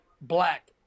black